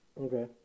Okay